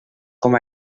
com